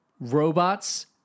robots